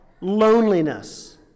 loneliness